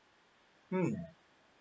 mm